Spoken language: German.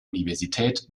universität